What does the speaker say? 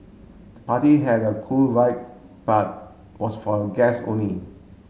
the party had a cool vibe but was for a guest only